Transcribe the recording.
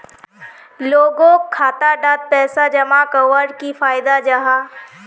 लोगोक खाता डात पैसा जमा कवर की फायदा जाहा?